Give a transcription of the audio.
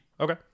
Okay